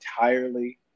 entirely